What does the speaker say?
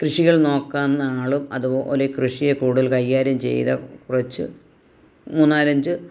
കൃഷികൾ നോക്കുന്ന ആളും അതുപോലെ കൃഷിയെ കൂടുതൽ കൈകാര്യം ചെയ്ത കുറച്ച് മൂന്നാലാഞ്ച്